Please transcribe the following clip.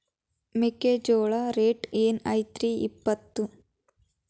ಮೆಕ್ಕಿಜೋಳ ರೇಟ್ ಏನ್ ಐತ್ರೇ ಇಪ್ಪತ್ತು?